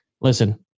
listen